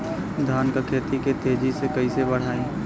धान क खेती के तेजी से कइसे बढ़ाई?